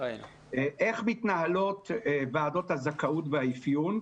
איך מתנהלות ועדות הזכאות והאפיון.